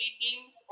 teams